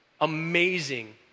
amazing